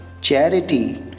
charity